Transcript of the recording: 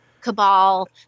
cabal